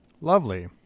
Lovely